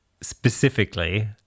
specifically